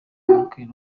marquez